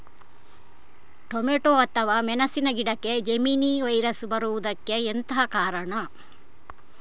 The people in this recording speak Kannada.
ಟೊಮೆಟೊ ಅಥವಾ ಮೆಣಸಿನ ಗಿಡಕ್ಕೆ ಜೆಮಿನಿ ವೈರಸ್ ಬರುವುದಕ್ಕೆ ಎಂತ ಕಾರಣ?